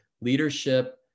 Leadership